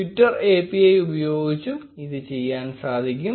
Twitter API ഉപയോഗിച്ചും ഇത് ചെയ്യാൻ സാധിക്കും